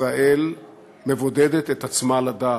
ישראל מבודדת את עצמה לדעת.